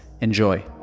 Enjoy